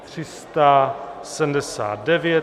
379.